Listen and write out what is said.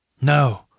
No